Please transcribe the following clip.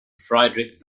friedrich